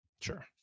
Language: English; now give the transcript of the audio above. Sure